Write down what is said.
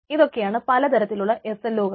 ഇതൊക്കെയാണ് പലതരത്തിലുള്ള SLO s